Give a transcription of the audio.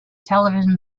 television